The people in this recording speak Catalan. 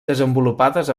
desenvolupades